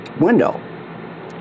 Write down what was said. window